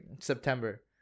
September